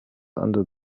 under